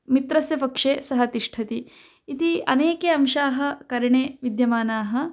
मित्रस्य पक्षे सः तिष्ठति इति अनेके अंशाः करणे विद्यमानाः